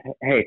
Hey